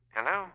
Hello